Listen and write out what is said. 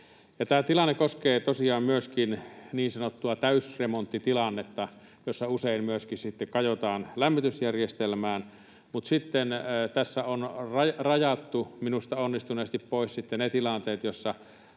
Tämä tilanne koskee tosiaan myöskin niin sanottua täysremonttitilannetta, jossa usein kajotaan lämmitysjärjestelmään, mutta sitten tässä on rajattu minusta onnistuneesti pois ne tilanteet,